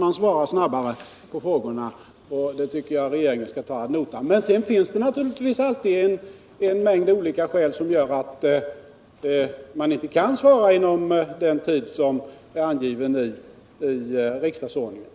att svara snabbare på frågorna, och det tycker jag att regeringen skall ta ad notam. Sedan finns det naturligtvis alltid en mängd olika skäl som gör att man inte kan svara inom den tid som är angiven i riksdagsordningen.